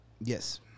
Yes